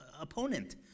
Opponent